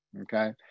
okay